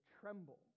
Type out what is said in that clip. tremble